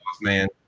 man